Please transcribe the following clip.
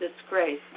disgrace